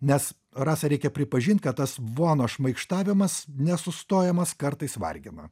nes rasa reikia pripažint kad tas vono šmaikštavimas nesustojamas kartais vargina